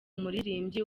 umuririmbyi